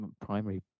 primary